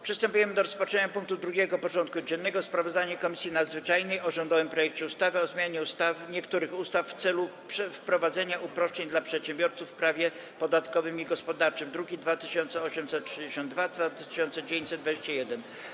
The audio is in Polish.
Przystępujemy do rozpatrzenia punktu 2. porządku dziennego: Sprawozdanie Komisji Nadzwyczajnej o rządowym projekcie ustawy o zmianie niektórych ustaw w celu wprowadzenia uproszczeń dla przedsiębiorców w prawie podatkowym i gospodarczym (druki nr 2862 i 2921)